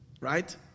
Right